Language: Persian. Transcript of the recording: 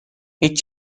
هیچ